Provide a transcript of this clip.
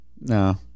No